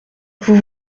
vous